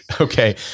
Okay